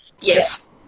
Yes